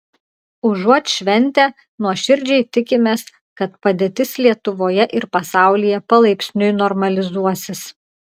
užuot šventę nuoširdžiai tikimės kad padėtis lietuvoje ir pasaulyje palaipsniui normalizuosis